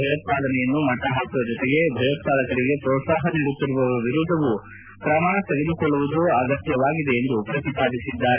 ಭಯೋತ್ಪಾದನೆಯನ್ನು ಮಟ್ಟ ಹಾಕುವ ಜೊತೆಗೆ ಭಯೋತ್ಪಾದಕರಿಗೆ ಪೋತ್ಲಾಹ ನೀಡುತ್ತಿರುವವರ ವಿರುದ್ದವೂ ಕ್ರಮ ತೆಗೆದುಕೊಳ್ಳುವುದು ಅಗತ್ಯವಾಗಿದೆ ಎಂದು ತಿಳಿಸಿದ್ದಾರೆ